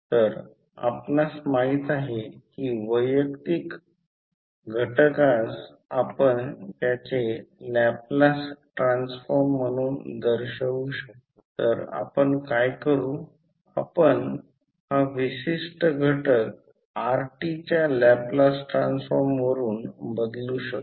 तर येथे current enter करत आहे डॉट घेतला जातो आणि या प्रकरणात दुसरा डॉट येथे घेतला जातो दुसरा डॉट येथे घेतला जातो येथे करंट दूर जात आहे आणि येथे असे घेतले आहे की करंट या 2 डॉटमध्ये प्रवेश करत आहे